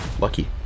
Lucky